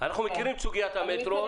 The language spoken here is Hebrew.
אנחנו מכירים את סוגית המטרו.